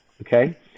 okay